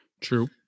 True